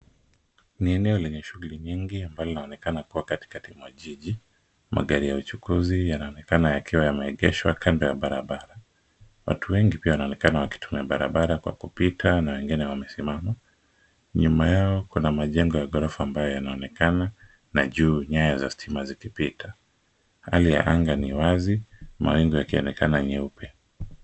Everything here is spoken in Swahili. Ni eneo lenye shughuli nyingi ambalo linaonekana kuwa katika majiji. Magari ya uchukuzi yanaonekana yakiwa yameegeshwa kando ya barabara. Watu wengi pia wanaoekana wakitumia barabara kwa kupita na wengine wamesimama. Nyuma yao kuna majengo ya ghorofa ambayo yanaonekana na juu nyaya za stima zikipita. Hali ya anga ni wazi, mawingu yakionekana nyeupe.